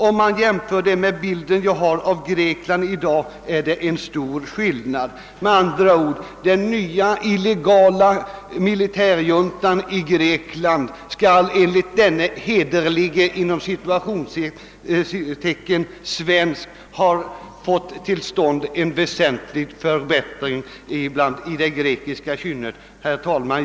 Om man jämför det med bilden jag har av Grekland idag är det en stor skillnad.» Den nya illegala militärjuntan i Grekland skall alltså enligt denne »hederlige» svensk ha fått till stånd en väsentlig förbättring i det grekiska kynnet. Herr talman!